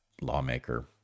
lawmaker